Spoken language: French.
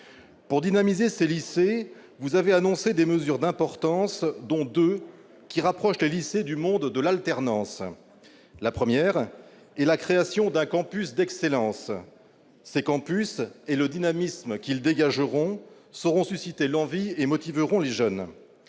Pour dynamiser ces lycées, il a annoncé des mesures d'importance, dont deux qui rapprochent les lycées du monde de l'alternance. La première est la création de campus d'excellence. Ces campus, au nombre de trois par région, et le dynamisme qu'ils dégageront sauront susciter l'envie et motiveront les jeunes.